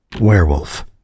Werewolf